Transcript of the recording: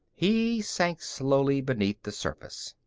he sank slowly beneath the surface.